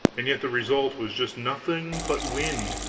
and yet the result was just nothing but wind.